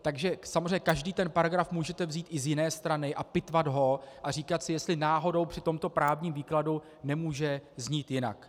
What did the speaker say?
Takže každý ten paragraf můžete vzít z jiné strany a pitvat ho a říkat si, jestli náhodou při tomto právním výkladu nemůže znít jinak.